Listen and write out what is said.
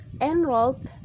enrolled